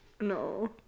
no